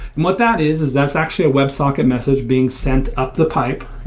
what that is, is that's actually a web socket message being sent up the pipe.